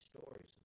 stories